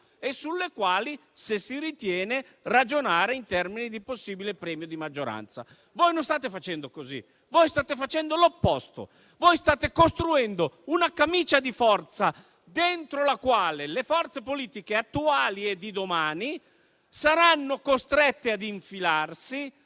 e sulle quali, se si ritiene, ragionare in termini di possibile premio di maggioranza. Voi non state facendo così. Voi state facendo l'opposto, state costruendo una camicia di forza dentro la quale le forze politiche attuali e di domani saranno costrette ad infilarsi,